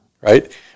right